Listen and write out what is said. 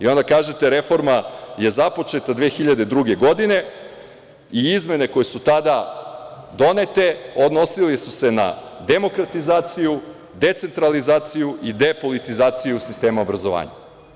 I, onda kažete, reforma je započeta 2002. godine i izmene koje su tada donete odnosile su se na demokratizaciju, decentralizaciju i depolitizaciju sistema obrazovanja.